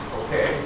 okay